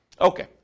Okay